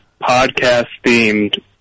podcast-themed